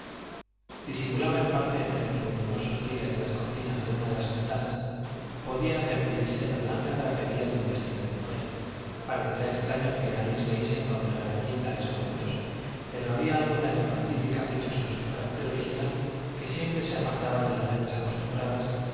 disimulada en parte entre los voluminosos pliegues de las cortinas de una de las ventanas podía percibirse la blanca drapería de un vestido de mujer parecerá extraño que álice vane se encontrara allí en tales momentos pero había algo tan infantil y caprichoso en su carácter original que siempre se apartaba de las reglas acostumbradas